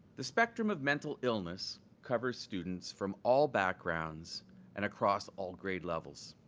the spectrum of mental illness covers students from all backgrounds and across all grade levels.